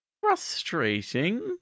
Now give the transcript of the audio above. FRUSTRATING